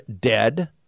dead